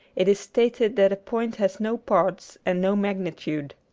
it is stated that a point has no parts and no magnitude.